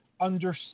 understand